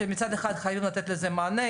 שמצד אחד חייבים לתת לזה מענה,